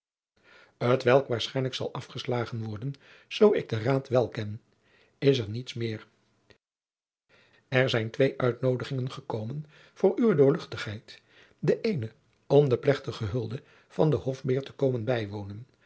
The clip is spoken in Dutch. welk waarschijnlijk zal afgeslagen worden zoo ik den raad wél ken is er niets meer er zijn twee uitnoodigingen gekomen voor uwe doorl de eene om de plechtige hulde van den hofbeer te komen bijwoonen